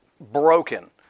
broken